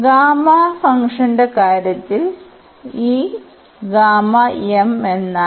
gamma ഫംഗ്ഷന്റെ കാര്യത്തിൽ ഈ എന്നാൽ